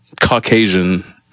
Caucasian